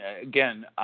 again